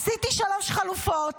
עשיתי שלוש חלופות: